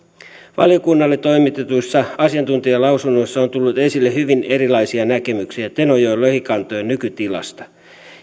valiokunnalle toimitetuissa asiantuntijalausunnoissa on tullut esille hyvin erilaisia näkemyksiä tenojoen lohikantojen nykytilasta